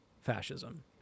fascism